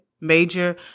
major